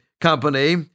Company